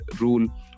rule